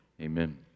Amen